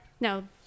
no